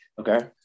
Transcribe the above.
okay